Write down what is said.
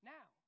Now